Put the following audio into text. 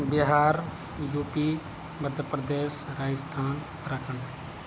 Bihar UP Madhya Pradesh Rajasthan Uttarakhand